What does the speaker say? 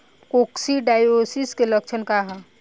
Coccidiosis के लक्षण का ह?